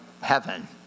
heaven